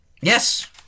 Yes